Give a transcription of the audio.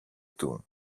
του